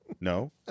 no